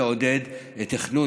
לא, תכנון